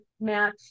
Matt